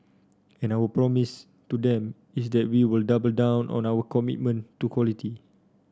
and our promise to them is that we will double down on our commitment to quality